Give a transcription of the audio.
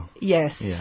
Yes